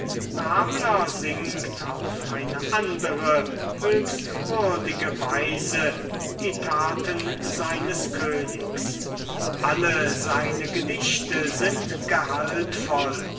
ramler singt auf eine andere höchst würdige weise die taten seines königs alle seine gedichte sind